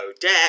deck